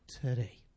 today